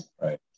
Right